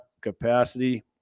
capacity